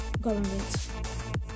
government